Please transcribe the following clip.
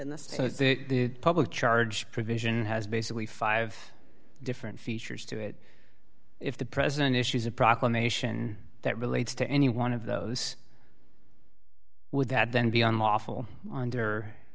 in the public charge provision has basically five different features to it if the president issues a proclamation that relates to any one of those would that then be unlawful under